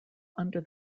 under